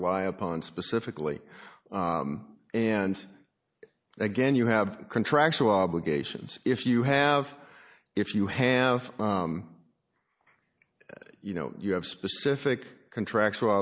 rely upon specifically and again you have contractual obligations if you have if you have you know you have specific contractual